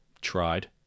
tried